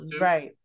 right